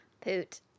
Poot